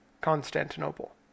Constantinople